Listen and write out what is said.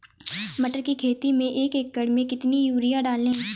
मटर की खेती में एक एकड़ में कितनी यूरिया डालें?